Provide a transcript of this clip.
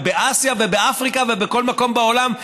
באסיה ובאפריקה ובכל מקום בעולם,